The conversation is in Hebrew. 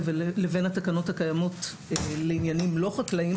לבין התקנות הקיימות לעניינים לא חקלאיים,